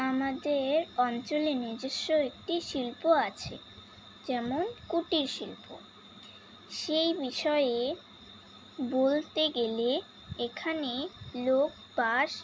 আমাদের অঞ্চলে নিজস্ব একটি শিল্প আছে যেমন কুটির শিল্প সেই বিষয়ে বলতে গেলে এখানে লোক বাঁশ